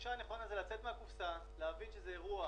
הגישה הנכונה היא לצאת מהקופסא, להבין שזה אירוע